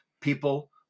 people